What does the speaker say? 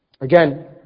Again